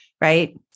right